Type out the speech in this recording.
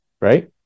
Right